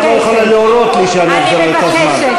את לא יכולה להורות לי שאני אחזיר לך את הזמן.